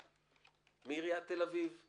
מעירית תל אביב.